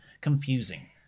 confusing